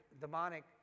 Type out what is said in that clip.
demonic